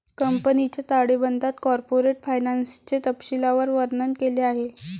कंपनीच्या ताळेबंदात कॉर्पोरेट फायनान्सचे तपशीलवार वर्णन केले आहे